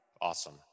Awesome